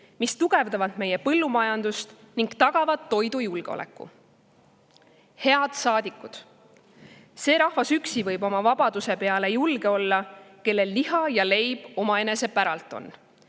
mis tugevdavad meie põllumajandust ja tagavad toidujulgeoleku. Head saadikud! "See rahvas üksi võib oma vabaduse peale julge olla, kellel liha ja leib omaenese päralt on,"